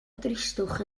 dristwch